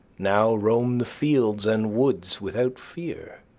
now roam the fields and woods without fear.